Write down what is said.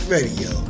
Radio